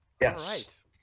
yes